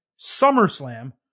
SummerSlam